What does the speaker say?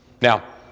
Now